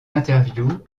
interviews